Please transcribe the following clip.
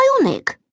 bionic